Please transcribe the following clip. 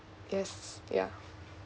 yes yeah